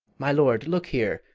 my lord, look here!